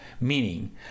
meaning